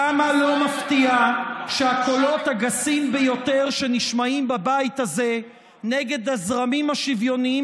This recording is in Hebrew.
כמה לא מפתיע שהקולות הגסים ביותר שנשמעים בבית הזה נגד הזרמים השוויוניים